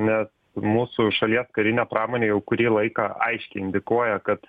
nes mūsų šalies karinė pramonė jau kurį laiką aiškiai indikuoja kad